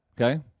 Okay